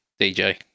DJ